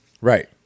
Right